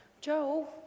Joe